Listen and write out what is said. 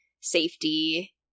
safety